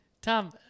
Tom